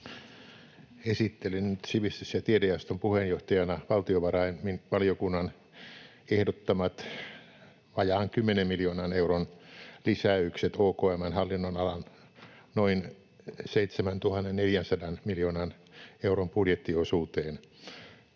Esittelen nyt sivistys- ja tiedejaoston puheenjohtajana valtiovarainvaliokunnan ehdottamat vajaan 10 miljoonan euron lisäykset OKM:n hallinnonalan noin 7 400 miljoonan euron budjettiosuuteen.